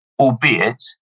Albeit